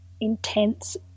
intense